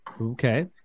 okay